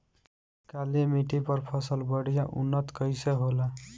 काली मिट्टी पर फसल बढ़िया उन्नत कैसे होला?